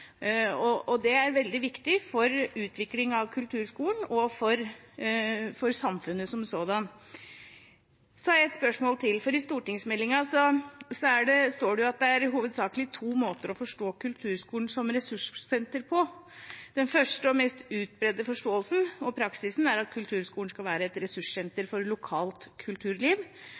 Det er veldig viktig for utvikling av kulturskolen og for samfunnet som sådan. Jeg har et spørsmål til, for i stortingsmeldingen står det at det hovedsakelig er to måter å forstå kulturskolen som ressurssenter på. Den første og mest utbredte forståelsen og praksisen er at kulturskolen skal være et ressurssenter for lokalt kulturliv.